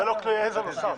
זה לא כלי עזר נוסף.